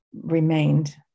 remained